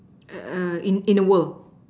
in in a world